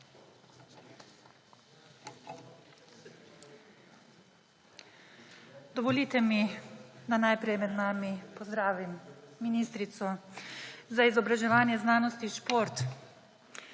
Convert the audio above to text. Dovolite mi, da najprej med nami pozdravim ministrico za izobraževanje, znanost in šport.